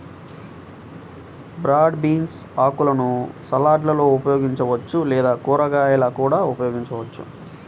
broad beans ఆకులను సలాడ్లలో ఉపయోగించవచ్చు లేదా కూరగాయలా కూడా వండవచ్చు